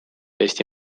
eesti